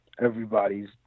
everybody's